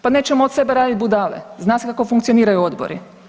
Pa nećemo od sebe raditi budale, zna se kako funkcioniraju odbori.